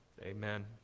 amen